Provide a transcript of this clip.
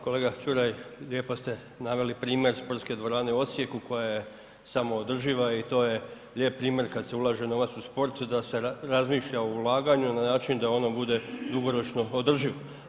Kolega Čuraj lijepo ste naveli primjer sportske dvorane u Osijeku koja je samoodrživa i to je lijep primjer kad se ulaže novac u sport da se razmišlja o ulaganju na način da ono bude dugoročno održivo.